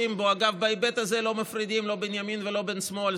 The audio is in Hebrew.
בהיבט הזה לא מפרידים בין ימין ובין שמאל,